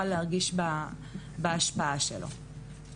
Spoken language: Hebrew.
אני חושבת שעצם העובדה,